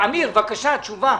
אמיר, בבקשה, תשובה.